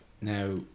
Now